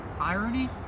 irony